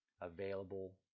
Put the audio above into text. available